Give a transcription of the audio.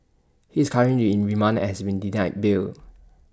he is currently in remand and has been denied bail